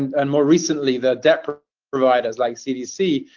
and more recently the debt providers, like cdc,